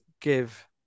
give